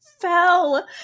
fell